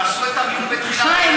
תעשו את המיון בתחילת, טוב, חיים.